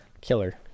killer